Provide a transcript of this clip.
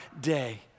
day